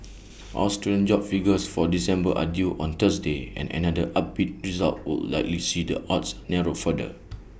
Australian jobs figures for December are due on Thursday and another upbeat result would likely see the odds narrow further